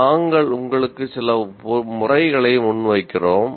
நாங்கள் உங்களுக்கு சில முறைகளை முன்வைக்கிறோம்